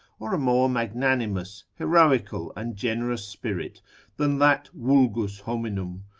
or a more magnanimous, heroical, and generous spirit than that vulgus hominum,